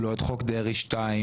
לא את חוק דרעי 2,